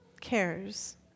cares